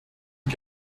ihm